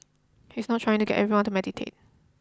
he is not trying to get everyone to meditate